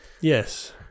yes